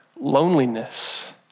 loneliness